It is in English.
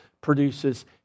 produces